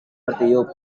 bertiup